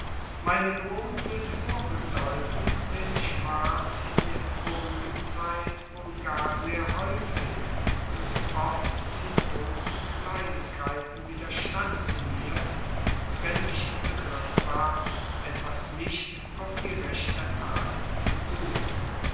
meine gewohnte vorbedeutung nämlich war in der vorigen zeit wohl gar sehr häufig und oft in großen kleinigkeiten widerstand sie mir wenn ich im begriff war etwas nicht auf die rechte art zu tun